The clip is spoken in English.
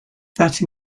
that